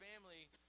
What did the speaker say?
family